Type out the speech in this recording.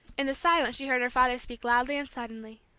in the silence she heard her father speak loudly and suddenly.